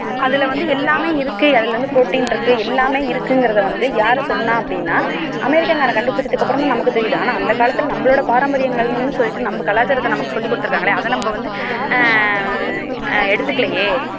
அதில் வந்து எல்லாம் இருக்கு அதில் வந்து புரோட்டீன் இருக்கு எல்லாம் இருக்குங்கிறத வந்து யார் சொன்னா அப்படினா அமெரிக்காகாரன் கண்டுபிடிச்சதுக்கு அப்புறம் தான் நமக்கு தெரியுது ஆனால் அந்த காலத்தில் நம்மளோட பாரம்பரியங்கள்னு சொல்லிட்டு நம்ம கலாச்சாரத்தை நமக்கு சொல்லிக் கொடுத்துருக்காங்களே அதை நம்ம வந்து எடுத்துக்கலையே